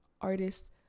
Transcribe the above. artists